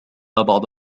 بعض